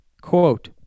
quote